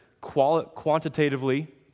quantitatively